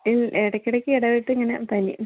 ഇടയ്ക്കിടക്ക് ഇടവിട്ട് ഇങ്ങനെ പനി